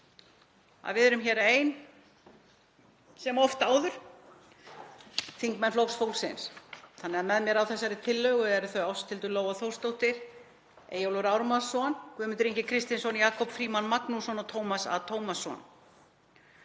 við erum hér ein sem oft áður, þingmenn Flokks fólksins. Með mér á þessari tillögu eru því þau Ásthildur Lóa Þórsdóttir, Eyjólfur Ármannsson, Guðmundur Ingi Kristinsson, Jakob Frímann Magnússon og Tómas A. Tómasson.